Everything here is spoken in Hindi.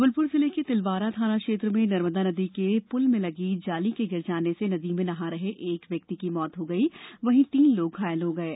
जबलपुर जिले के तिलवारा थाना क्षेत्र में नर्मदा नदी के पूल में लगी जाली के गिर जाने से नदी में नहा रहे एक व्यक्ति की मौत हो गई वहीं तीन लोग घायल हो गये